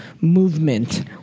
movement